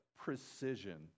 precision